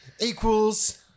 equals